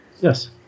Yes